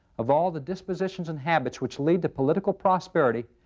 of all the dispositions and habits which lead to political prosperity,